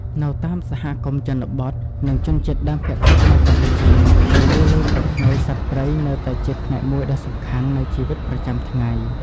នៅតាមសហគមន៍ជនបទ និងជនជាតិដើមភាគតិចនៅកម្ពុជា ជំនឿលើប្រផ្នូលសត្វព្រៃនៅតែជាផ្នែកមួយដ៏សំខាន់នៃជីវិតប្រចាំថ្ងៃ។